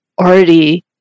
already